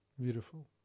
Beautiful